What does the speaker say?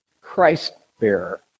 Christ-bearer